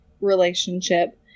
relationship